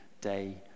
day